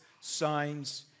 signs